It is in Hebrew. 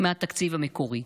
מהתקציב המקורי.